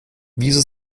wieso